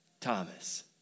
Thomas